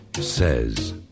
says